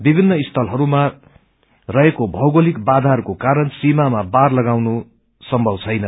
विभिन्न स्यलहरूमा रहेको मैगोलिक बाधाहरूको कारण सीमामा बार लगाउनु सम्मव छैन